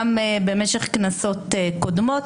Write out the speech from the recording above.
גם במשך כנסות קודמות,